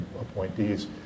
appointees